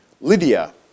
Lydia